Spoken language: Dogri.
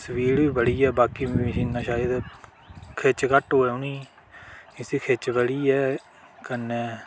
स्पीड़ बी बड़ी ऐ बाकी मशीनां शायद खिच्च घट्ट होऐ उ'नें ई इसी खिच्च बड़ी ऐ कन्नेै